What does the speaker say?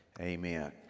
amen